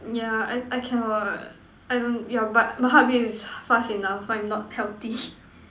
yeah I I cannot I don't yeah but my heart beat is fast enough I'm not healthy